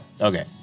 okay